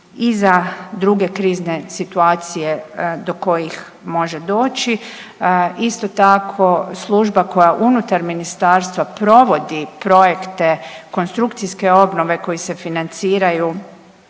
za druge krizne situacije do kojih može doći. Isto tako, služba koja unutar Ministarstva provodi projekte konstrukcijske obnove koji se financiraju